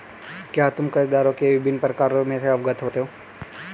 क्या तुम कर्जदारों के विभिन्न प्रकारों से अवगत हो?